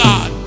God